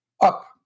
up